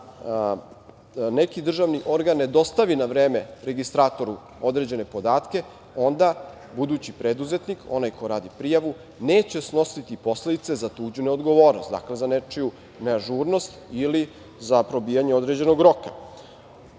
kada neki državni organ ne dostavi na vreme registratoru određene podatke, onda budući preduzetnik, onaj ko radi prijavu, neće snositi posledice za tuđu neodgovornost, dakle za nečiju neažurnost ili za probijanje određenog roka. Gde